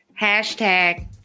Hashtag